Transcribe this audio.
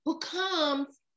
becomes